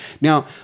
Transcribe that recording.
Now